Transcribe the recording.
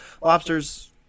lobsters